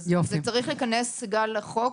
זה צריך להיכנס לחוק,